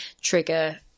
trigger